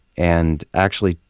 and actually,